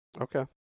Okay